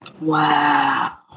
wow